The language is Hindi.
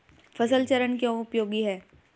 फसल चरण क्यों उपयोगी है?